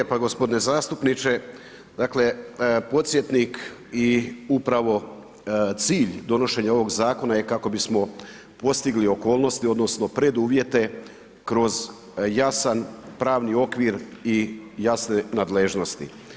Hvala lijepa gospodine zastupniče, dakle podsjetnik i upravo cilj donošenja ovog zakona je kako bismo postigli okolnosti odnosno preduvjete kroz jasan pravni okvir i jasne nadležnosti.